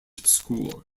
school